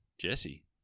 Jesse